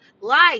life